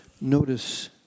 Notice